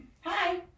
Hi